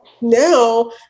now